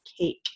cake